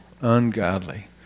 ungodly